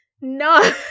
no